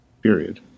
period